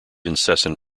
incessant